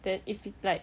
then if it's like